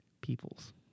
peoples